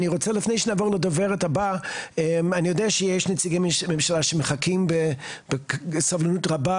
אני יודע שיש נציגי ממשלה שמחכים בסבלנות רבה.